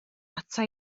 ata